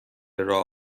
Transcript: راه